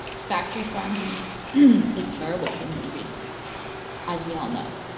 factory farmed meat is terrible for many reasons as we all know.